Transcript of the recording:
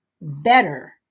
better